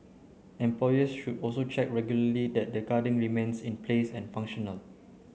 employers should also check regularly that the guarding remains in place and functional